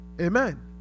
Amen